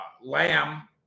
Lamb